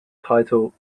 title